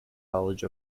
college